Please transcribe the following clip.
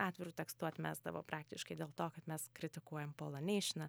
atviru tekstu atmesdavo praktiškai dėl to kad mes kritikuojam polą neišiną